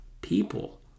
people